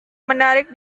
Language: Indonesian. menarik